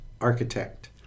Architect